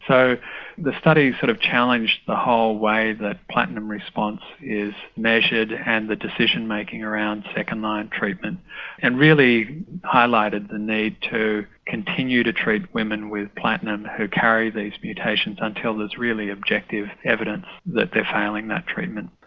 so the study sort of challenged the whole way that platinum response is measured and the decision making around second line treatment and really highlighted the need to continue to treat women with platinum who carry these mutations until there is really objective evidence that they are failing that treatment.